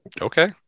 Okay